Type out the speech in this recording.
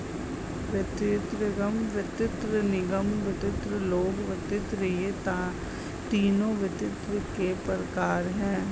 व्यक्तिगत वित्त, निगम वित्त, लोक वित्त ये तीनों वित्त के प्रकार हैं